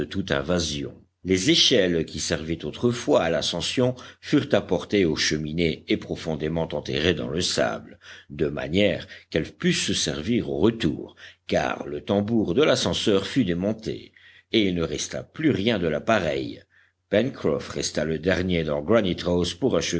invasion les échelles qui servaient autrefois à l'ascension furent apportées aux cheminées et profondément enterrées dans le sable de manière qu'elles pussent servir au retour car le tambour de l'ascenseur fut démonté et il ne resta plus rien de l'appareil pencroff resta le dernier dans granite house pour